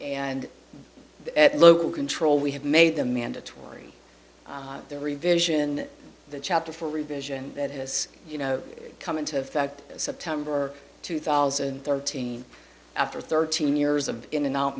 and at local control we have made them mandatory they're revision the chapter for revision that has come into effect september two thousand and thirteen after thirteen years of in and out